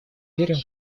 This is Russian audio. верим